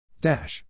Dash